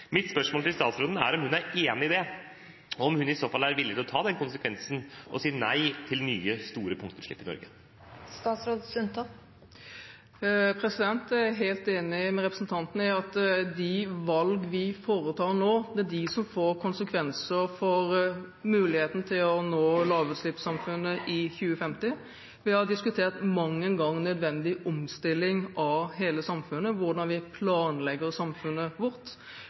Mitt spørsmål til statsråden er om hun er enig i det, og om hun i så fall er villig til å ta konsekvensen og si nei til nye store punktutslipp i Norge. Jeg er helt enig med representanten i at de valg vi foretar nå, får konsekvenser for muligheten til å nå lavutslippssamfunnet i 2050. Vi har diskutert mang en gang nødvendig omstilling av hele samfunnet – hvordan vi planlegger samfunnet vårt,